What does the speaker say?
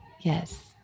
Yes